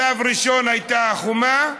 שלב ראשון הייתה החומה,